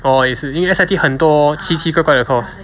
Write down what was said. orh 也是因为 S_I_T 很多奇奇怪怪的 course